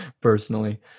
personally